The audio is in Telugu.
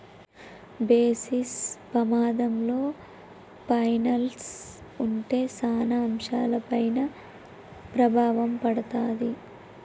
బేసిస్ పమాధంలో పైనల్స్ ఉంటే సాన అంశాలపైన ప్రభావం పడతాది